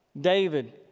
David